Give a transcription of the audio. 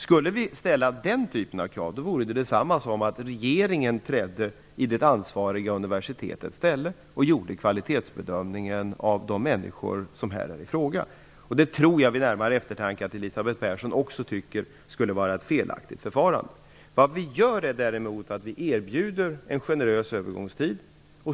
Skulle vi ställa den typen av krav, vore det detsamma som att regeringen trädde i det ansvariga universitetets ställe och gjorde kvalitetsbedömningen av de människor som här är i fråga. Det tror jag att också Elisabeth Persson vid närmare eftertanke tycker skulle vara ett felaktigt förfarande. Vad vi gör är däremot att vi erbjuder en generös övergångstid.